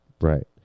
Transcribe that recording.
Right